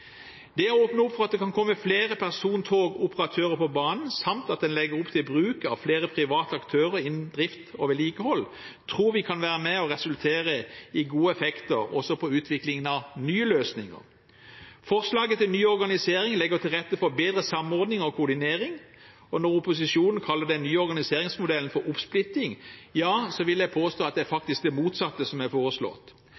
Det å åpne opp for at det kan komme flere persontogoperatører på banen, samt at en legger opp til bruk av flere private aktører innen drift og vedlikehold, tror vi kan resultere i gode effekter også på utviklingen av nye løsninger. Forslaget til ny organisering legger til rette for bedre samordning og koordinering. Opposisjonen kaller den nye organiseringsmodellen for «oppsplitting», men jeg vil påstå at det faktisk er det motsatte som er foreslått.